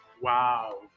Wow